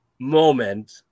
moment